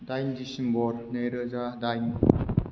दाइन डिसेम्बर नैरोजा दाइन